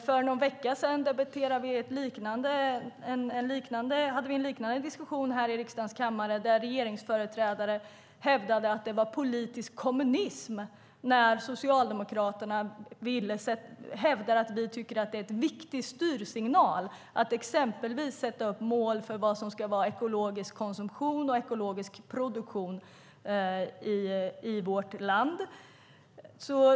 För någon vecka sedan hade vi en liknande diskussion här i riksdagens kammare där regeringsföreträdare hävdade att det var politisk kommunism när Socialdemokraterna tyckte att det är en viktig styrsignal att exempelvis sätta upp mål för ekologisk konsumtion och ekologisk produktion i vårt land.